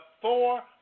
four